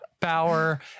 power